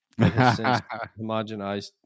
Homogenized